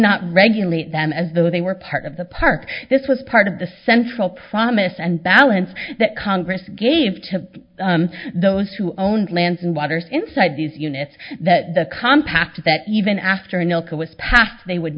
not regulate them as though they were part of the park this was part of the central promise and balance that congress gave to those who owned lands and waters inside these units that the compact that even after it was passed they would